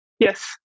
Yes